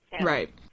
Right